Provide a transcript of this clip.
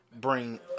bring